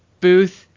booth